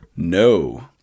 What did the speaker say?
No